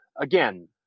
Again